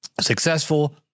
successful